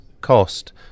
cost